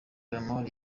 lamar